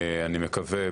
אני מקווה,